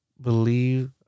believe